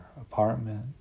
apartment